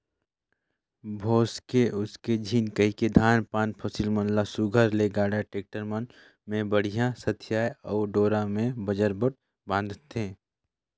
भोसके उसके झिन कहिके धान पान फसिल मन ल सुग्घर ले गाड़ा, टेक्टर मन मे बड़िहा सथियाथे अउ डोरा मे बजरबट बांधथे